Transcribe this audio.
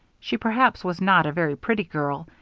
she perhaps was not a very pretty girl,